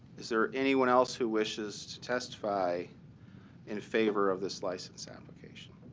is there anyone else who wishes to testify in favor of this license application?